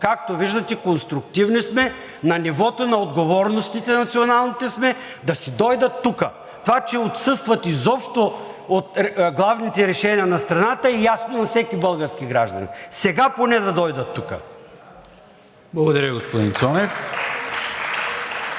Както виждате, конструктивни сме, на нивото на националните отговорности сме – да си дойдат тук! Това, че отсъстват изобщо от главните решения на страната е ясно на всеки български гражданин. Сега поне да дойдат тук. (Ръкопляскания от